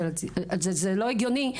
זה לא הגיוני.